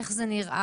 איך זה נראה.